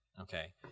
okay